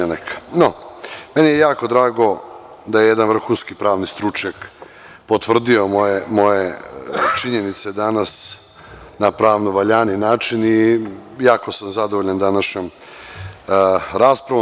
No, meni je jako drago da je jedan vrhunski pravni stručnjak potvrdio moje činjenice danas na pravno valjani način i jako sam zadovoljan današnjom raspravom.